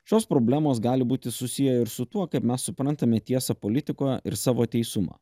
šios problemos gali būti susiję ir su tuo kaip mes suprantame tiesa politikoje ir savo teisumą